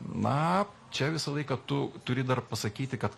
na čia visą laiką tu turi dar pasakyti kad